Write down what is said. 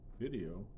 video